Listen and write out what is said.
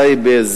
טייבה,